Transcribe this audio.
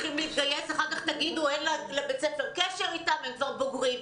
אחר כך תגידו שלבית הספר אין קשר איתם בתור בוגרים.